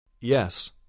Yes